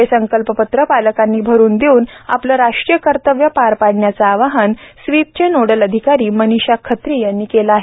हे संकल्पपत्र पालकांनी भरून देऊन आपले राष्ट्रीय कर्तव्य पार पाडण्याचे आवाहन स्वीपच्या नोडल अधिकारी मनीषा खत्री यांनी केले आहे